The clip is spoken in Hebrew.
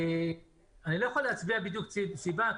אני לא יכול להצביע בדיוק סיבה,